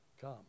come